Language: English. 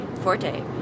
forte